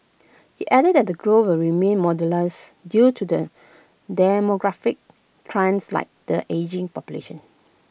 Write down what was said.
IT added that the growth will remain due to the demographic trends like the ageing population